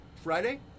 Friday